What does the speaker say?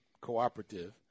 cooperative